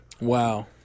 wow